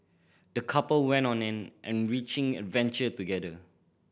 the couple went on an an enriching adventure together